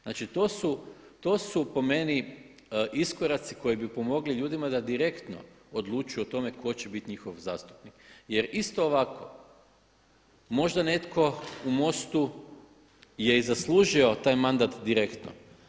Znači to su po meni iskoraci koji bi pomogli ljudima da direktno odlučuju o tome tko će biti njihov zastupnik, jer isto ovako možda netko u MOST-u je i zaslužio taj mandat direktno.